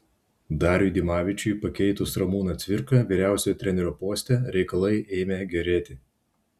dariui dimavičiui pakeitus ramūną cvirką vyriausiojo trenerio poste reikalai ėmė gerėti